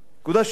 נקודה נוספת,